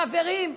חברים,